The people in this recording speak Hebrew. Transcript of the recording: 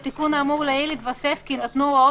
בתיקון האמור לעיל יתווסף כי "יינתנו הוראות